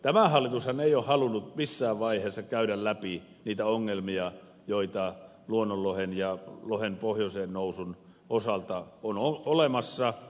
tämä hallitushan ei ole halunnut missään vaiheessa käydä läpi niitä ongelmia joita luonnonlohen ja lohen pohjoiseen nousun osalta on olemassa